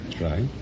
Right